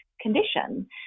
condition